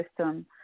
system